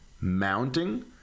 mounting